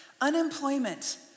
unemployment